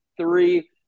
Three